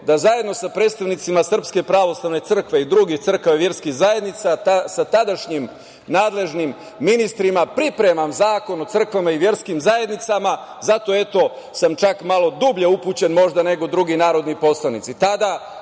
da, zajedno sa predstavnicima Srpske pravoslavne crkve i drugih crkava i verskih zajednica, sa tadašnjim nadležnim ministrima pripremam zakon o crkvama i verskim zajednicama, zato sam malo dublje upućen nego možda neki drugi narodni poslanici,